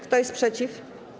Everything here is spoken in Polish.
Kto jest przeciw?